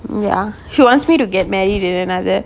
yeah she wants me to get married to another